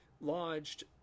lodged